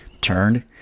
turned